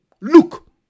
Look